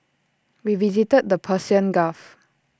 we visited the Persian gulf